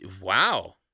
Wow